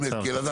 אלעזר,